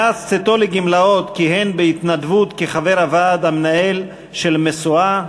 מאז צאתו לגמלאות כיהן בהתנדבות כחבר הוועד המנהל של "משואה",